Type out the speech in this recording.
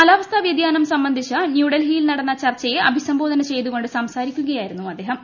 കാലാവസ്ഥ വൃതിയാനം സംബന്ധിച്ച് ന്യുഡൽഹിയിൽ നടന്ന ചർച്ചയെ അഭിസംബോധന ചെയ്തുകൊണ്ട് സംസാരിക്കുകയായിരുന്നു അദ്ദേഹം